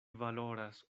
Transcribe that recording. valoras